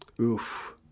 Oof